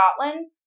Scotland